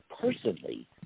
personally